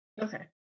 okay